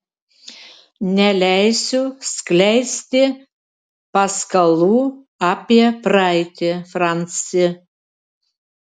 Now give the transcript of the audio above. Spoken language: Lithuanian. neleisiu skleisti paskalų apie praeitį franci